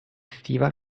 estiva